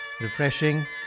refreshing